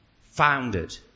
founded